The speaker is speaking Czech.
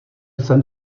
jsem